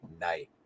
night